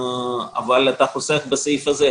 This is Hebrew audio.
אבל אתה חוסך בסעיף הזה,